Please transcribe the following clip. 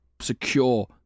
secure